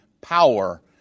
power